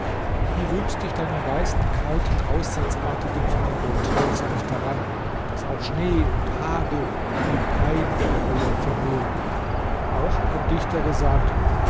du rühmst dich deiner weißen kalten aussatzartigen farbe und denkst nicht daran daß auch schnee und hagel die pein der hölle vermehren auch hat ein dichter gesagt